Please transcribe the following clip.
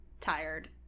tired